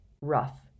rough